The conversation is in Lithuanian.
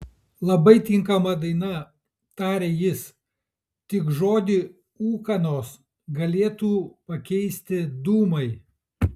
labai tinkama daina tarė jis tik žodį ūkanos galėtų pakeisti dūmai